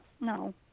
no